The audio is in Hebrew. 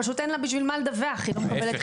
פשוט אין לה בשביל מה לדווח היא לא